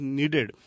needed